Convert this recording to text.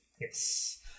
Yes